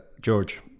George